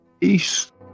east